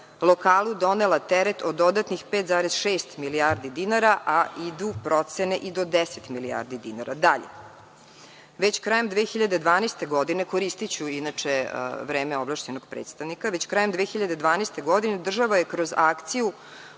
lokalu donela teret od dodatnih 5,6 milijardi dinara, a idu procene i do 10 milijardi dinara. Dalje, koristiću inače vreme ovlašćenog predstavnika, već krajem 2012. godine država je kroz akciju